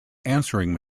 answering